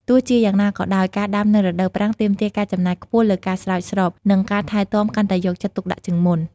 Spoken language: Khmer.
ទោះជាយ៉ាងណាក៏ដោយ ការដាំនៅរដូវប្រាំងទាមទារ ការចំណាយខ្ពស់លើការស្រោចស្រព និងការថែទាំកាន់តែយកចិត្តទុកដាក់ជាងមុន។